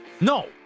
No